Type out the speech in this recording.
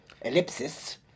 Ellipsis